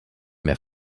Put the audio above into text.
mehr